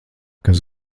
kas